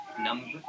number